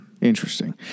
Interesting